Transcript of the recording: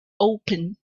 open